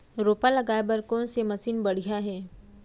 रोपा लगाए बर कोन से मशीन बढ़िया हे?